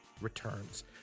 returns